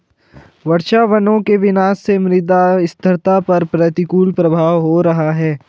वर्षावनों के विनाश से मृदा स्थिरता पर प्रतिकूल प्रभाव हो रहा है